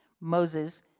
Moses